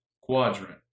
quadrant